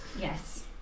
Yes